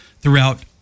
throughout